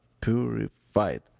purified